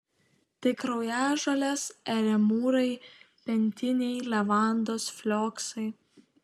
tai kraujažolės eremūrai pentiniai levandos flioksai